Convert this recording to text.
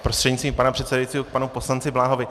Prostřednictvím pana předsedajícího k panu poslanci Bláhovi.